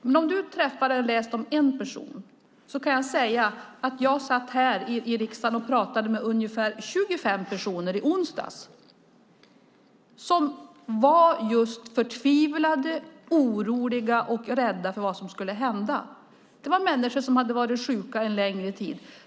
Men om du har läst om en person kan jag säga att jag satt här i riksdagen i onsdags och pratade med ungefär 25 personer. De var förtvivlade, oroliga och rädda för vad som ska hända. Det är människor som har varit sjuka en längre tid.